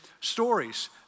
stories